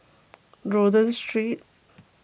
Rodyk Street